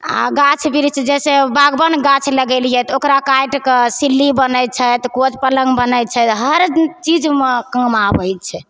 आ गाछ बिरिछ जैसे बागबन गाछ लगेलियै तऽ ओकरा काटि कऽ सिल्ली बनैत छै तऽ कोच पलङग बनैत छै हर चीजमे काम आबैत छै